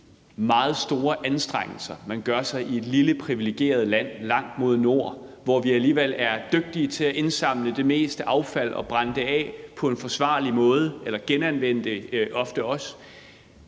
meget store anstrengelser, man gør sig i et lille privilegeret land langt mod nord, hvor vi alligevel er dygtige til at indsamle det meste affald og brænde det af på en forsvarlig måde, eller genanvende det, som